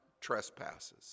trespasses